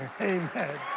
amen